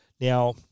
Now